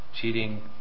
cheating